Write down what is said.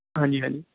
ਹਾਂਜੀ ਹਾਂਜੀ